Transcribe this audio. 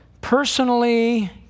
personally